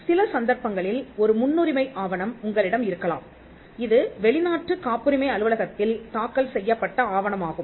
சில சந்தர்ப்பங்களில் ஒரு முன்னுரிமை ஆவணம் உங்களிடம் இருக்கலாம் இது வெளிநாட்டு காப்புரிமை அலுவலகத்தில் தாக்கல் செய்யப்பட்ட ஆவணமாகும்